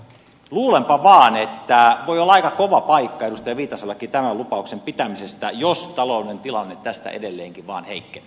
luulenpa vaan että voi olla aika kova paikka edustaja viitasellekin tämän lupauksen pitäminen jos taloudellinen tilanne tästä edelleenkin vaan heikkenee